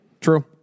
True